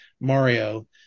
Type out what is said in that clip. Mario